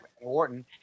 Wharton